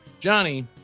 Johnny